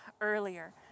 earlier